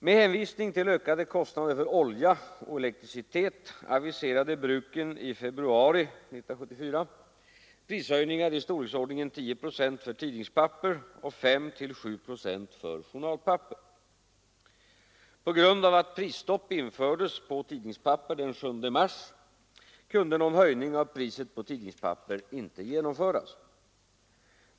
Med hänvisning till ökade kostnader för olja och elektricitet aviserade bruken i februari 1974 prishöjningar i storleksordningen 10 procent för tidningspapper och 5—7 procent för journalpapper. På grund av att prisstopp infördes på tidningspapper den 7 mars 1974 kunde någon höjning av priset på tidningspapper inte genomföras.